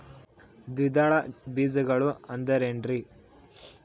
ದ್ವಿದಳ ಬೇಜಗಳು ಅಂದರೇನ್ರಿ?